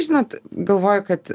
žinot galvoju kad